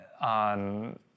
on